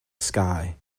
sky